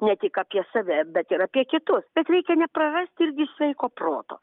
ne tik apie save bet ir apie kitus bet reikia neprarasti irgi sveiko proto